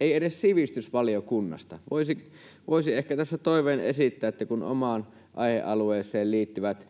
ei edes sivistysvaliokunnasta. Voisi ehkä tässä toiveen esittää, että kun omaan aihealueeseen liittyvät